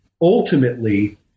ultimately